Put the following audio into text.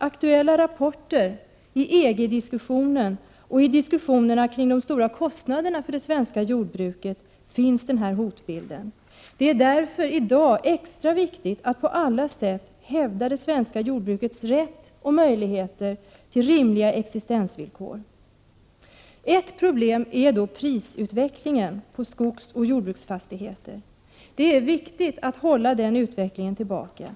aktuella rapporter, i EG-diskussionen och i diskussionerna kring de höga kostnaderna för det svenska jordbruket finns denna hotbild. Det är därför i dag särskilt viktigt att på alla sätt hävda det svenska jordbrukets rätt och möjligheter till rimliga existensvillkor. Ett problem är då prisutvecklingen på skogsoch jordbruksfastigheter. Det är viktigt att hålla denna utveckling tillbaka.